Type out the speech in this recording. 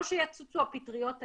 או שיצוצו הפטריות האלה,